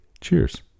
Cheers